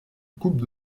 coupe